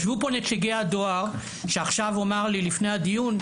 ישבו פה נציגי הדואר שעכשיו אמר לי לפני הדיון,